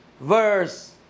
verse